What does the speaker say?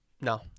No